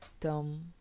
Tom